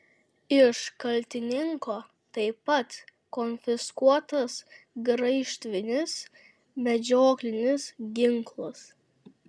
iš kaltininko taip pat konfiskuotas graižtvinis medžioklinis ginklas